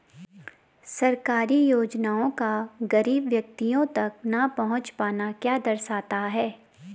सरकारी योजनाओं का गरीब व्यक्तियों तक न पहुँच पाना क्या दर्शाता है?